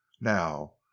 Now